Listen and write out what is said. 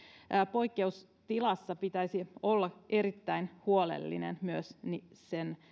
poikkeustilassa pitäisi olla erittäin huolellinen myös sen